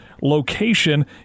location